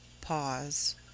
Pause